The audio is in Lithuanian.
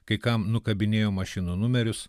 kai kam nukabinėjo mašinų numerius